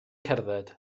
cerdded